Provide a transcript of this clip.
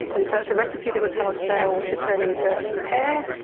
and so it's a recipe that will tell a cell to turn into hair,